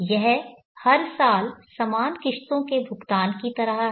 यह हर साल समान किश्तों के भुगतान की तरह है